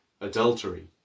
adultery